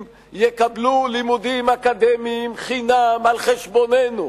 יקבלו לימודים אקדמיים חינם על חשבוננו,